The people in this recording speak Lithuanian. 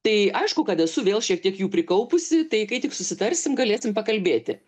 tai aišku kad esu vėl šiek tiek jų prikaupusi tai kai tik susitarsim galėsim pakalbėti